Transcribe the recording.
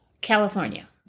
California